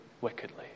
wickedly